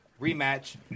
rematch